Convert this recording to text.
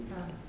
ah